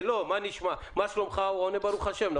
אתה שואל אותו מה נשמע הוא עונה לך ברוך השם.